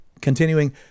Continuing